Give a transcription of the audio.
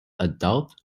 adult